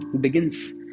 begins